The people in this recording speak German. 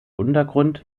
untergrund